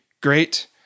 great